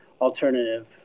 alternative